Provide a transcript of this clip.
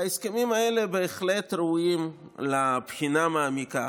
וההסכמים האלה בהחלט ראויים לבחינה מעמיקה,